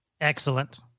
Excellent